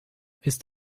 ist